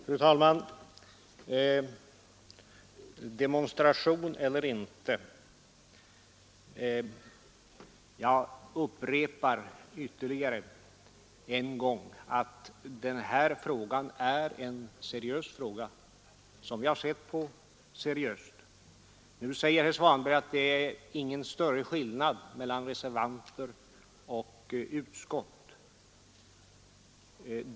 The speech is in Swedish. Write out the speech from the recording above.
Fru talman! Demonstration eller inte! Jag upprepar ännu en gång att vi ser seriöst på den här frågan. Nu säger herr Svanberg att det inte är någon större skillnad mellan reservanternas och utskottsmajoritetens linje.